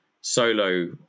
solo